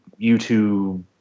YouTube